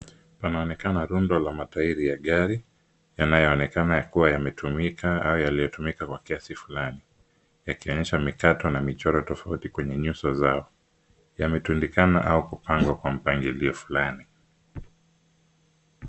Panaonekana rundo la matairi ya gari yanayoonekana yakiwa yametumika au yaliyotumika kwa kiasi fulani. Yakionyeshwa mikato na michoro tofauti kwenye nyuso zao. Yametundikana au kupangwa kwa mpangilio fulani.